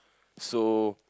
so